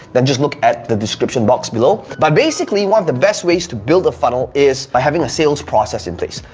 then just look at the description box below. but basically, one of the best ways to build a funnel is by having a sales process in place.